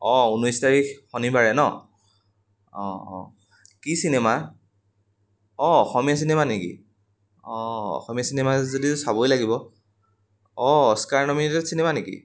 অঁ ঊনৈছ তাৰিখ শনিবাৰে ন অঁ অঁ কি চিনেমা অঁ অসমীয়া চিনেমা নেকি অঁ অসমীয়া চিনেমা যদি চাবই লাগিব অঁ অস্কাৰ নমিনেটেড চিনেমা নেকি